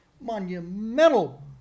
monumental